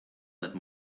that